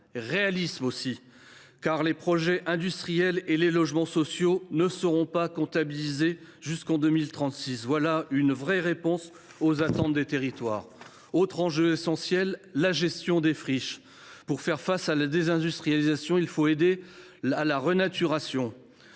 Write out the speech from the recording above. réalisme puisque les projets industriels et les logements sociaux ne seront pas comptabilisés jusqu’en 2036. Voilà une vraie réponse aux attentes des territoires. La gestion des friches constitue un autre enjeu essentiel. Pour faire face à la désindustrialisation, il faut aider à la renaturation.